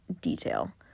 detail